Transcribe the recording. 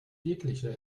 jeglicher